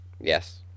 Yes